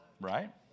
right